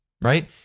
right